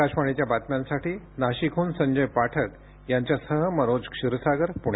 आकाशवाणीच्या बातम्यांसाठी नाशिकडून संजय पाठक यांच्यासह मनोज क्षीरसागर पुणे